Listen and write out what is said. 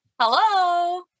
Hello